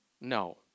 No